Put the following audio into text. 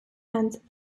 and